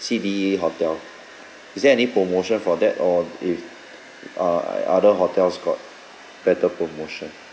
C D E hotel is there any promotion for that or if uh other hotels got better promotion